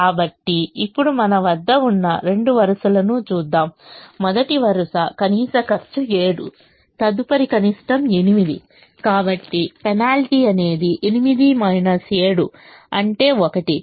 కాబట్టి ఇప్పుడు మన వద్ద ఉన్న రెండు వరుసలను చూద్దాం మొదటి వరుస కనీస ఖర్చు 7 తదుపరి కనిష్టం 8 కాబట్టి పెనాల్టీ అనేది 8 7 అంటే 1